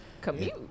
commute